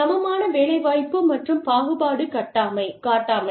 சமமான வேலை வாய்ப்பு மற்றும் பாகுபாடு காட்டாமை